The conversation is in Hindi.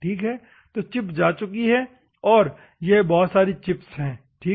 तो चिप जा चुकी है और यह बहुत सारी चिप्स है ठीक है